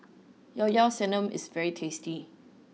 llao llao sanum is very tasty